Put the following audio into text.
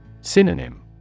Synonym